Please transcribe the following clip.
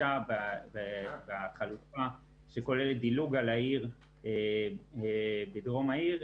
הגישה והחלופה שכוללת דילוג על העיר בדרום העיר,